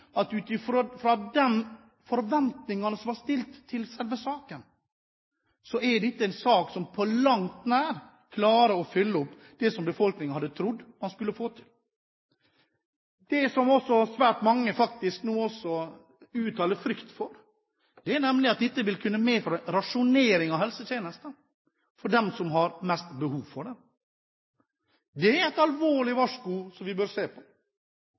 fordi ut fra de forventningene som er stilt til selve saken, er dette en sak som på langt nær klarer å oppfylle det som befolkningen hadde trodd man skulle få til. Det som svært mange nå uttaler frykt for, er at dette vil kunne medføre rasjonering av helsetjenester for dem som har mest behov for det. Det er et alvorlig varsku som vi bør se på.